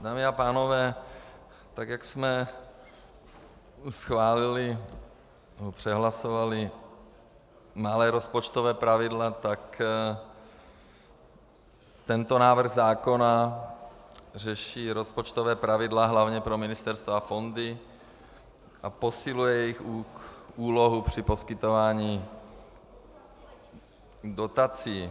Dámy a pánové, tak jak jsme schválili nebo přehlasovali malá rozpočtová pravidla, tak tento návrh zákona řeší rozpočtová pravidla hlavně pro ministerstva a fondy a posiluje jejich úlohu při poskytování dotací.